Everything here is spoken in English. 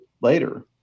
later